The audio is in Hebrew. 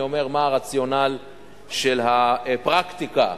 אני אומר מה הרציונל של הפרקטיקה.